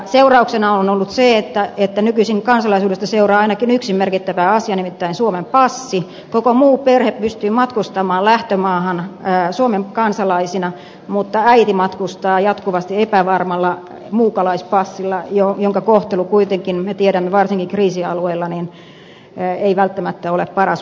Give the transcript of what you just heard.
seurauksena on ollut se että nykyisin kansalaisuudesta seuraa ainakin yksi merkittävä asia nimittäin suomen passi koko muu perhe pystyy matkustamaan lähtömaahan suomen kansalaisina mutta äiti matkustaa jatkuvasti epävarmalla muukalaispassilla jonka kohtelusta me kuitenkin tiedämme että varsinkaan kriisialueilla se ei välttämättä ole paras mahdollinen